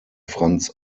franz